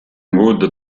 wood